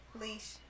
Leash